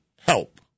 help